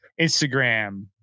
Instagram